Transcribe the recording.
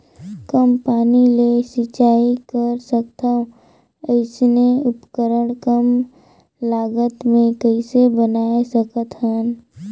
कम पानी ले सिंचाई कर सकथन अइसने उपकरण कम लागत मे कइसे बनाय सकत हन?